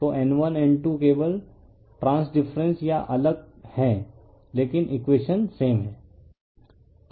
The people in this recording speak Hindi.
तो N1N2 केवल ट्रान्स डिफरेंस या अलग है लेकिन इकवेशन सेम हैं